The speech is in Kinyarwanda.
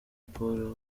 paul